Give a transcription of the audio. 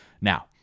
now